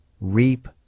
reap